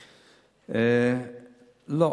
לא,